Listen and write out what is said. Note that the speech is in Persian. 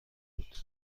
بود